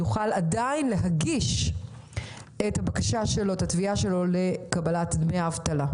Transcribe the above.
יוכל עדיין להגיש את התביעה שלו לקבלת דמי האבטלה.